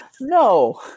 No